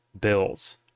bills